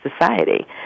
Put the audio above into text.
society